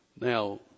Now